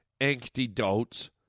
antidotes